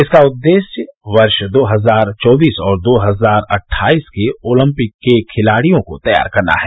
इसका उद्देश्य वर्ष दो हजार चौबीस और दो हजार अट्ठाईस के ओलंपिक के लिए खिलाड़ियों को तैयार करना है